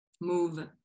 move